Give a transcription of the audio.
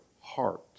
heart